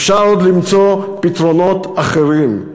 אפשר עוד למצוא פתרונות אחרים,